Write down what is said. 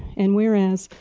and where as,